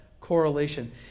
correlation